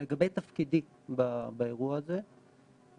לגבי תפקידי באירוע הזה,